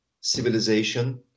civilization